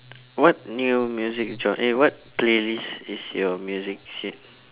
what new music gen~ eh what playlist is your music shit